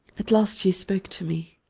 at last she spoke to me.